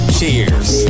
Cheers